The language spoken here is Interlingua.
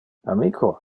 amico